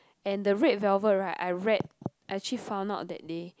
and the red velvet right I read I actually found out that they